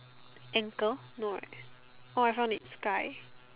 ankle no right oh I found it sky